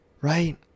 right